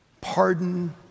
pardon